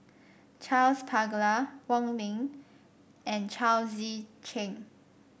Charles Paglar Wong Ming and Chao Tzee Cheng